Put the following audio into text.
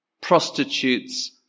Prostitutes